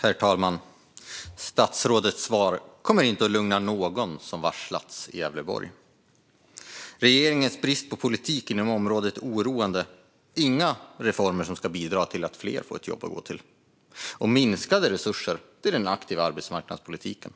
Herr talman! Statsrådets svar kommer inte att lugna någon som har varslats i Gävleborg. Regeringens brist på politik inom området är oroande. Det finns inga reformer som bidrar till att fler kan få ett jobb att gå till, och det är minskade resurser till den aktiva arbetsmarknadspolitiken.